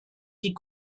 die